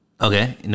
Okay